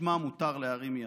שבשמה מותר להרים יד.